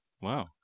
wow